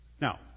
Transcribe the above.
now